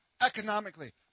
economically